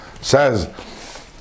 says